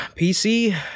PC